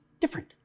different